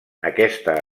aquesta